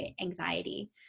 anxiety